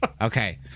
Okay